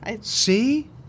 See